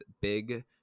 big